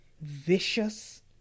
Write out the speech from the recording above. vicious